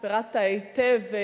פירטת היטב.